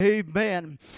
Amen